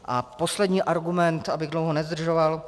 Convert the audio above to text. A poslední argument, abych dlouho nezdržoval.